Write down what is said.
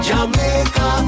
Jamaica